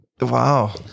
Wow